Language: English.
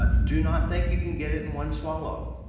but do not think you can get it in one swallow.